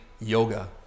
yoga